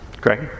Greg